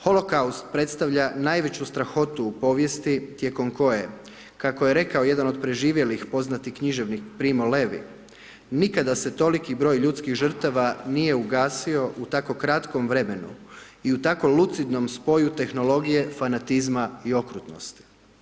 Holokaust predstavlja najveću strahotu u povijesti tijekom koje, kako je rekao jedan od preživjelih poznatih književnika Primo Levi, nikada se toliki broj ljudskih žrtava nije ugasio u tako kratkom vremenu i u tako lucidnom spoju tehnologije, fanatizma i okrutnosti.